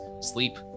sleep